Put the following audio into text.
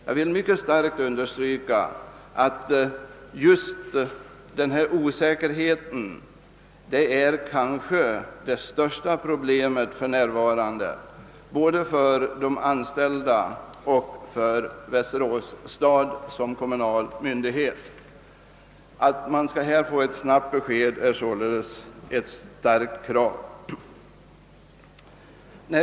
Jag vill mycket kraftigt understryka att just osäkerheten är ett stort problem för närvarande både för de anställda och för Västerås stad som kommunal myndighet. Att få snabbt besked är således ett starkt krav.